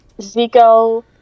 zico